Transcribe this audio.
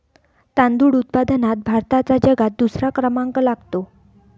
तांदूळ उत्पादनात भारताचा जगात दुसरा क्रमांक लागतो